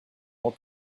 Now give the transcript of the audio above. more